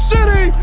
City